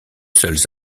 seules